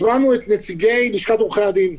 הזמנו את נציגי לשכת עורכי-הדין.